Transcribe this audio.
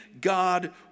God